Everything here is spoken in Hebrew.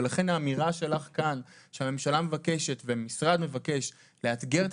ולכן האמירה שלך כאן שהממשלה מבקשת והמשרד מבקש לאתגר את